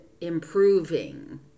improving